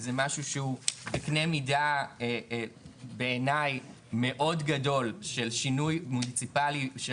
זה משהו שהוא בקנה מידה בעיני מאוד גדול של שינוי מוניציפאלי של